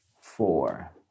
four